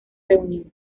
reunión